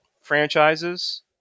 franchises